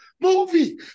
movie